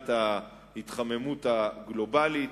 למניעת ההתחממות הגלובלית.